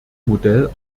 modell